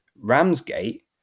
Ramsgate